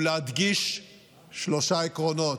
ולהדגיש שלושה עקרונות: